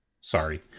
Sorry